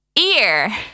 ear